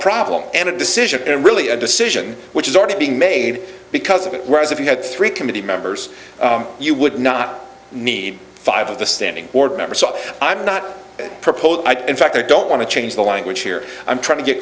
problem and a decision and really a decision which is already being made because of it whereas if you had three committee members you would not need five of the standing order members so i'm not proposing in fact i don't want to change the language here i'm trying to get